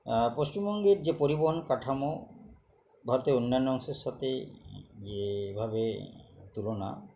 পশ্চিমবঙ্গের যে পরিবহন কাঠামো ভারতের অন্যান্য অংশের সাথে যেভাবে তুলনা